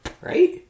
Right